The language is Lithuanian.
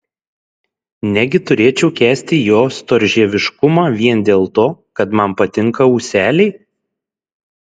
negi turėčiau kęsti jo storžieviškumą vien dėl to kad man patinka ūseliai